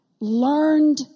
learned